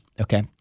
okay